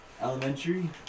elementary